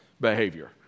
behavior